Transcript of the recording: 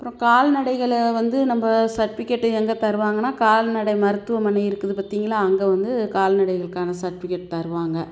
அப்புறம் கால்நடைகளை வந்து நம்ம சர்டிபிகேட்டு எங்கள் தருவாங்கன்னால் கால்நடை மருத்துவமனை இருக்குது பார்த்திங்களா அங்கே வந்து கால்நடைகளுக்கான சர்டிபிகேட் தருவாங்கள்